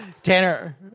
Tanner